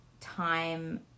time